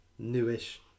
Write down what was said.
newish